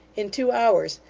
in two hours,